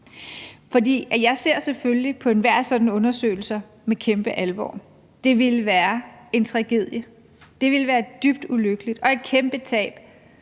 Jeg ser selvfølgelig på enhver sådan undersøgelse med kæmpe alvor. Det ville være en tragedie, det ville være dybt ulykkeligt og et kæmpe tab